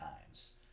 times